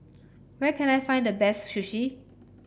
where can I find the best Sushi